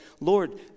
Lord